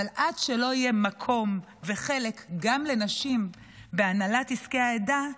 אבל עד שלא יהיה מקום וחלק גם לנשים בהנהלת עסקי העדה,